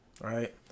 right